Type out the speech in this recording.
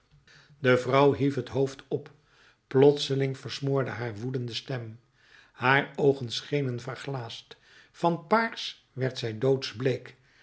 de vrouw hief het hoofd op plotseling versmoorde haar woedende stem haar oogen schenen verglaasd van paars werd zij